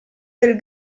del